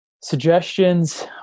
suggestions